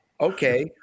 okay